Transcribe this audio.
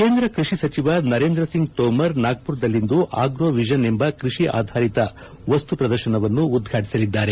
ಕೇಂದ್ರ ಕೃಷಿ ಸಚಿವ ನರೇಂದ್ರ ಸಿಂಗ್ ತೋಮರ್ ನಾಗ್ಪುರದಲ್ಲಿಂದು ಆಗ್ರೊ ವಿಷನ್ ಎಂಬ ಕೃಷಿ ಆಧಾರಿತ ವಸ್ತು ಪ್ರದರ್ಶನವನ್ನು ಉದ್ವಾಟಿಸಲಿದ್ದಾರೆ